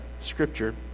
Scripture